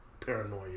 paranoia